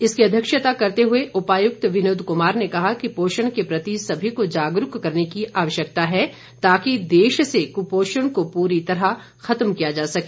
इसकी अध्यक्षता करते हुए उपायुक्त विनोद कुमार ने कहा कि पोषण के प्रति सभी को जागरूक करने की आवश्यकता है ताकि देश से कुपोषण को पूरी तरह खत्म किया जा सके